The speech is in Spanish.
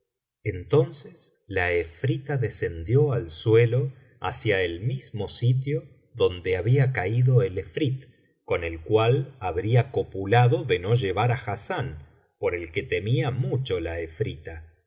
entonces la efrita descendió al suelo hacia el mismo sitio donde había caído el efrit con el cual habría copulado de no llevar á hassán por el que temía mucho la efrita